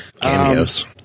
Cameos